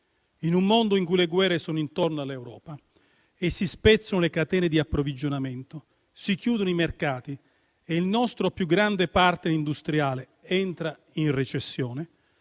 In un mondo in cui le guerre sono intorno all'Europa e si spezzano le catene di approvvigionamento, si chiudono i mercati e il nostro più grande *partner* industriale entra in recessione,